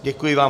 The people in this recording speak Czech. Děkuji vám.